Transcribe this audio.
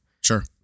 Sure